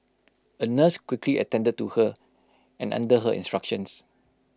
A nurse quickly attended to her and under her instructions